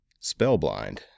Spellblind